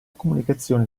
comunicazione